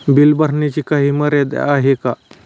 Bill भरण्याची काही मर्यादा आहे का?